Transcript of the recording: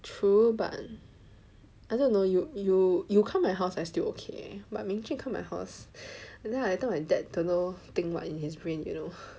true but I don't know you you you come my house I still ok but Ming Jun come my house and then later my dad don't know think what in his brain you know